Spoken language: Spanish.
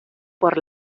por